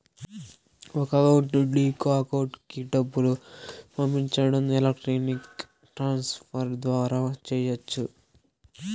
ఒక అకౌంట్ నుండి ఇంకో అకౌంట్ కి డబ్బులు పంపించడం ఎలక్ట్రానిక్ ట్రాన్స్ ఫర్ ద్వారా చెయ్యచ్చు